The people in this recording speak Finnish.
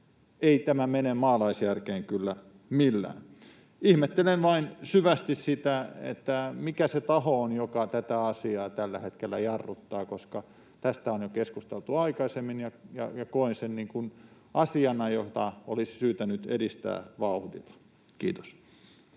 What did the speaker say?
ei tämä mene maalaisjärkeen kyllä millään. Ihmettelen vain syvästi sitä, mikä se taho on, joka tätä asiaa tällä hetkellä jarruttaa, koska tästä on keskusteltu jo aikaisemmin, ja koen sen asiana, jota olisi syytä nyt edistää vauhdilla. — Kiitos.